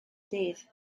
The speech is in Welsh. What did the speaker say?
dydd